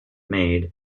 made